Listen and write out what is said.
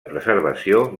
preservació